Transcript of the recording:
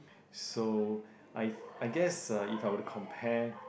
so I th~ I guess uh if I were to compare